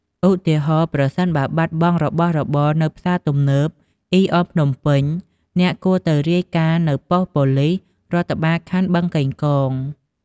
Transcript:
ឧទាហរណ៍៖ ប្រសិនបើបាត់បង់របស់របរនៅផ្សារទំនើប អុីអន ភ្នំពេញ អ្នកគួរទៅរាយការណ៍នៅប៉ុស្តិ៍ប៉ូលិសរដ្ឋបាលខណ្ឌបឹងកេងកង។